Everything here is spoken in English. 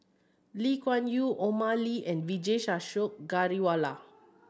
Lee Kuan Yew Omar Ali and Vijesh Ashok Ghariwala